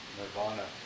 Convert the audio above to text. nirvana